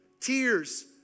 tears